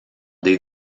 des